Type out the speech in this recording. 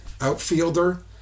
outfielder